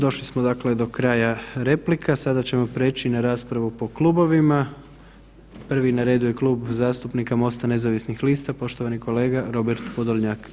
Došli smo dakle do kraja replika, sada ćemo preći na raspravu po klubovima, prvi na redu je Klub zastupnika MOST-a nezavisnih lista, poštovani kolega Robert Podolnjak.